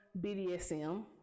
bdsm